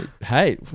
Hey